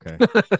Okay